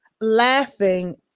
Laughing